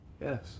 yes